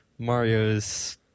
marios